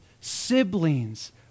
siblings